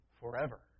forever